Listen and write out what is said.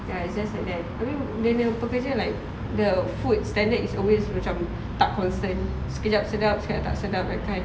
ya it's just like that I mean dia punya pekerja like the food standard is always macam tak constant sekejap sedap sekejap tak sedap that kind